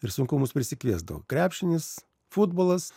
ir sunku mus prisikviesdavo krepšinis futbolas